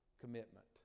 commitment